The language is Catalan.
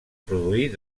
produir